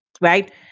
right